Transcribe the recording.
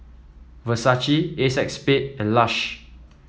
Versace Acexspade and Lush